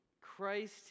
christ